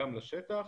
גם לשטח.